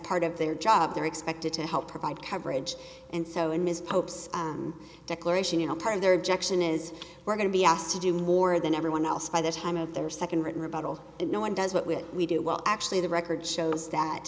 part of their job they're expected to help provide coverage and so in ms pope's declaration you know part of their objection is we're going to be asked to do more than everyone else by the time of their second rebuttal and no one does what would we do well actually the record shows that